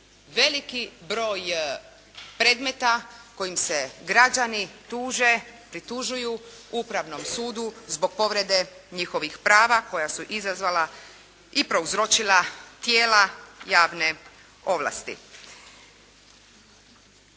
veliki broj predmeta kojim se građani tuže, pritužuju Upravnom sudu zbog povrede njihovih prava koja su izazvala i prouzročila tijela javne ovlasti.